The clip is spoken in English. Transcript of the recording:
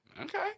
Okay